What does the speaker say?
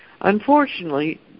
Unfortunately